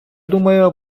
думаю